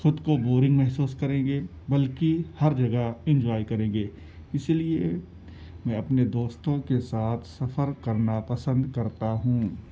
خود کو بورنگ محسوس کریں گے بلکہ ہر جگہ انجوائے کریں گے اسی لیے میں اپنے دوستوں کے ساتھ سفر کرنا پسند کرتا ہوں